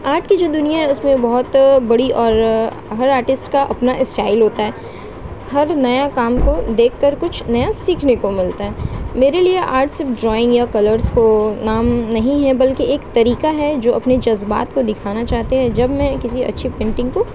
art کی جو دنیا ہے اس میں بہت بڑی اور ہر آرٹسٹ کا اپنا اسٹائل ہوتا ہے ہر نیا کام کو دیکھ کر کچھ نیا سیکھنے کو ملتا ہے میرے لیے آرٹ صرف ڈرائنگ یا کلرس کو نام نہیں ہے بلکہ ایک طریقہ ہے جو اپنے جذبات کو دکھانا چاہتے ہیں جب میں کسی اچھی پینٹنگ کو